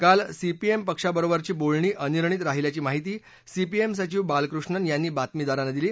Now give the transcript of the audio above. काल सीपीएम पक्षाबरोबरची बोलणी अनिर्णित राहिल्याची माहिती सीपीएम सचीव बालकृष्णन यांनी बातमीदारांना दिली